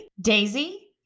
Daisy